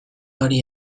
hori